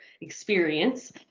experience